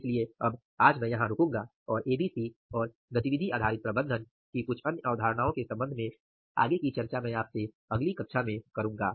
इसलिए अब आज मैं यहां रुकूंगा और एबीसी और गतिविधि आधारित प्रबंधन की कुछ अन्य अवधारणाओं के संबंध में आगे की चर्चा मैं आपसे अगली कक्षा में करूंगा